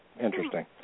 Interesting